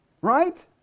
right